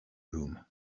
room